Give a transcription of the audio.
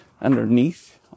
underneath